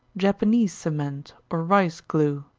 japanese cement, or rice glue.